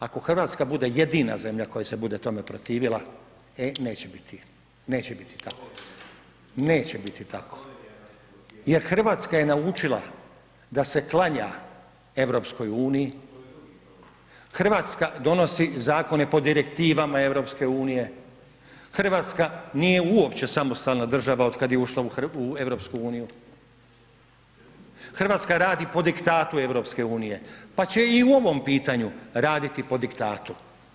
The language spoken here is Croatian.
Ako Hrvatska bude jedina zemlja koja se bude tome protivila e neće biti, neće biti tako, neće biti tako, jer Hrvatska je naučila da se klanja EU, Hrvatska donosi zakone po direktivama EU, Hrvatska nije uopće samostalna država od kada ušla u EU, Hrvatska radi po diktatu EU, pa će i u ovom pitanju raditi po diktatu.